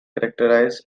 characterizes